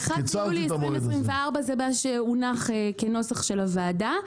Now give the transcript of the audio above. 1.7.24 זה מה שהונח כנוסח הוועדה.